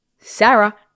Sarah